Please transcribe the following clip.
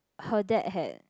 her dad had